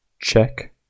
Check